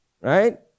right